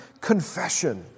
confession